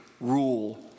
rule